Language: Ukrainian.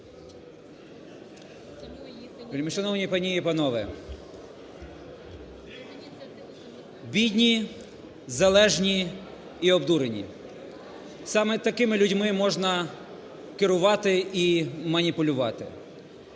Вельмишановні пані і панове! Бідні, залежні і обдурені, саме такими людьми можна керувати і маніпулювати.